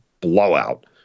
blowout